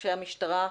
אנשי המשטרה,